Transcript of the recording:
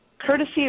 courtesy